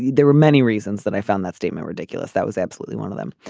there were many reasons that i found that statement ridiculous that was absolutely one of them.